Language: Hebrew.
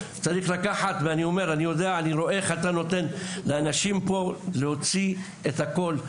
אני רואה איך אתה נותן לאנשים להוציא פה את הכול.